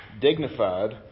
Dignified